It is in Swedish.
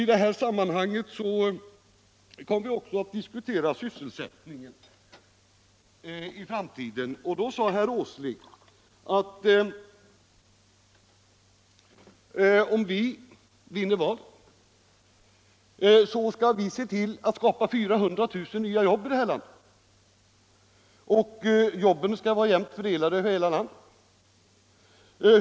I det nämnda sammanhanget kom vi också att diskutera sysselsättningen i framtiden. Då sade herr Åsling: Om vi vinner valet skall vi se till att skapa 400 000 nya jobb i det här landet, och jobben skall vara jämnt fördelade över hela landet.